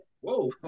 Whoa